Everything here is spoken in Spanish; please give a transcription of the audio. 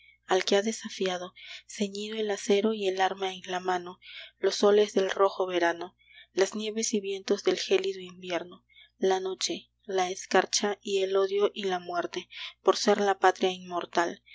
al que ha desafiado ceñido el acero y el arma en la mano los soles del rojo verano las nieves y vientos del gélido invierno la noche la escarcha y el odio y la muerte por ser por la patria inmortal